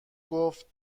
گفتن